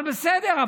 אבל בסדר,